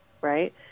right